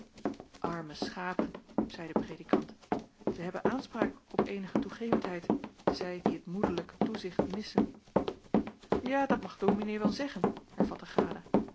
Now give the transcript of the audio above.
arme schapen zeî de predikant zij hebben aanspraak op eenige toegevendheid zij die het moederlijke toezicht missen ja dat mag dominee wel zeggen hervatte grada